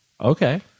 Okay